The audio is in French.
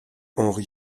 henri